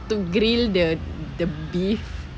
to grill the the beef